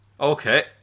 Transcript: Okay